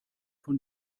von